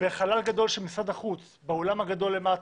בחלל גדול של משרד החוץ, באולם הגדול למטה,